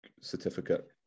certificate